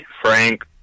Frank